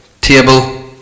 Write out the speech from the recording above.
table